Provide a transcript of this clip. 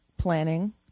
Planning